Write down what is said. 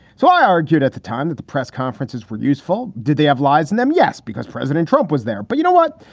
so i argued at the time that the press conferences were useful. did they have lies in them? yes, because president trump was there. but you know what?